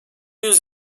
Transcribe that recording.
yüz